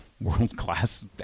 world-class